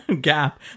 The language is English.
Gap